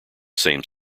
same